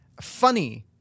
funny